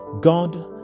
God